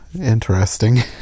interesting